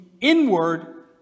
inward